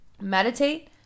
Meditate